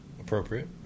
Appropriate